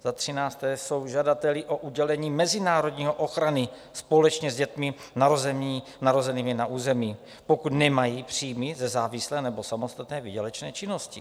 Za třinácté, jsou žadateli o udělení mezinárodní ochrany společně s dětmi narozenými na území, pokud nemají příjmy ze závislé nebo samostatně výdělečné činnosti.